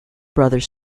brothers